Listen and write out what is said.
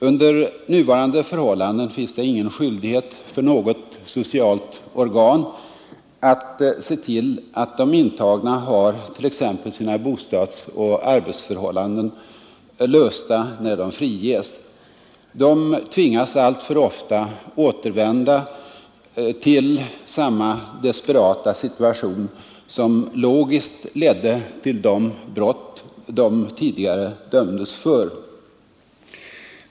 Under nuvarande förhållanden finns det ingen skyldighet för något socialt organ att se till att de intagna har t.ex. sina bostadsoch anställningsfrågor lösta när de friges. De tvingas alltför ofta återvända till samma desperata situation som logiskt ledde till de brott de tidigare dömdes för.